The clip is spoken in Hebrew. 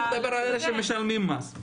אני מדבר על אלה שהם משלמים מס.